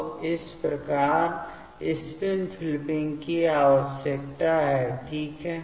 तो इस प्रकार स्पिन फ़्लिपिंग की आवश्यकता है ठीक है